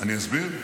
אני אסביר?